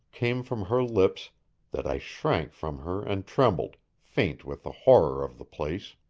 came from her lips that i shrank from her and trembled, faint with the horror of the place.